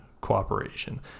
cooperation